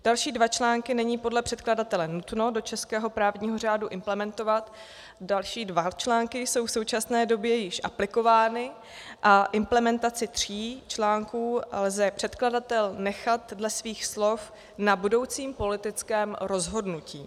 Další dva články není podle předkladatele nutno do českého právního řádu implementovat, další dva články jsou v současné době již aplikovány a implementaci tří článků chce předkladatel nechat dle svých slov na budoucím politickém rozhodnutí.